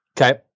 Okay